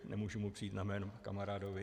Nemůžu mu přijít na jméno, kamarádovi.